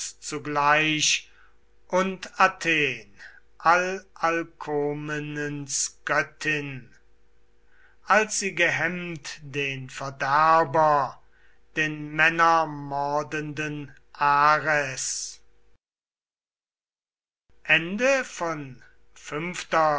zugleich und athen alalkomenens göttin als sie gehemmt den verderber den männermordenden ares